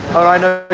i know